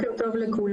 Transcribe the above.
בוקר טוב לכולם.